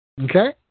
Okay